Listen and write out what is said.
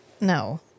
no